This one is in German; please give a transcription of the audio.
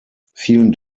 vielen